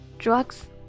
Drugs